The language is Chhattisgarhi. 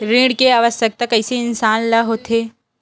ऋण के आवश्कता कइसे इंसान ला होथे?